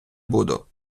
буду